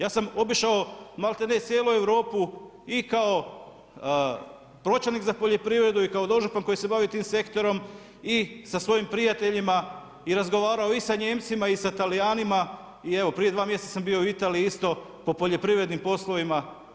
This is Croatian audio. Ja sam obišao maltene cijelu Europu i kao pročelnik za poljoprivredu i kao dožupan koji se bavi tim sektorom i sa svojim prijateljima i razgovarao i sa Nijemcima i sa Talijanima i evo, prije dva mjeseca sam bio u Italiji isto po poljoprivrednim poslovima.